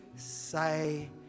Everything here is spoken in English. say